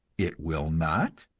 it will not.